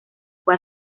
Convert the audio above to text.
fue